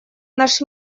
наш